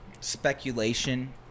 speculation